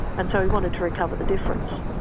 and so he wanted to recover the difference.